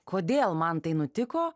kodėl man tai nutiko